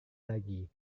lagi